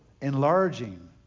enlarging